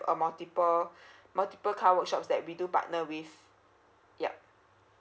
a multiple multiple car workshops that we do partner with yup